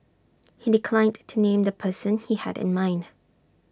he declined to name the person he had in mind